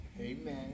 Amen